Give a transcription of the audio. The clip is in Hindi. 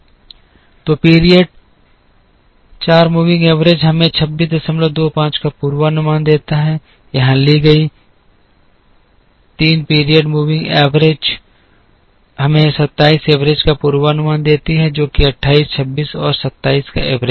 तो 4 पीरियड मूविंग एवरेज हमें 2625 का पूर्वानुमान देता है यहां ली गई 3 पीरियड मूविंग एवरेज हमें 27 एवरेज का पूर्वानुमान देती है जो कि 28 26 और 27 का एवरेज है